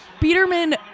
Peterman